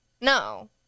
No